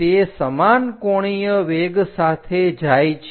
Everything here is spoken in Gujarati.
તે સમાન કોણીય વેગ સાથે જાય છે